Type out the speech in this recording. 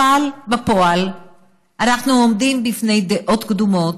אבל בפועל אנחנו עומדים בפני דעות קדומות,